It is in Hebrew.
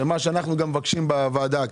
מה אנו מבקשים בוועדה.